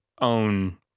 own